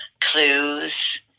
clues